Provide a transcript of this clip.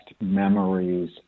memories